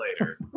later